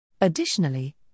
Additionally